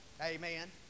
Amen